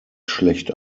schlecht